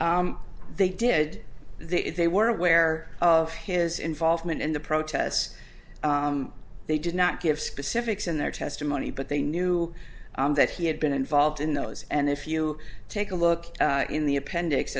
they did they were aware of his involvement in the protests they did not give specifics in their testimony but they knew that he had been involved in those and if you take a look in the appendix